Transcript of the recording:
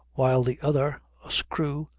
while the other, a screw,